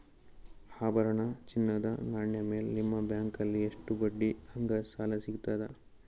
ಆಭರಣ, ಚಿನ್ನದ ನಾಣ್ಯ ಮೇಲ್ ನಿಮ್ಮ ಬ್ಯಾಂಕಲ್ಲಿ ಎಷ್ಟ ಬಡ್ಡಿ ಹಂಗ ಸಾಲ ಸಿಗತದ?